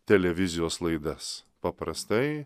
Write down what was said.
televizijos laidas paprastai